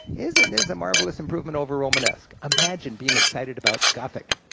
isn't this a marvelous improvement over romanesque? imagine being excited about gothic.